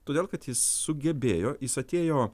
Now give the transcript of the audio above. todėl kad jis sugebėjo jis atėjo